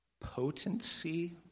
potency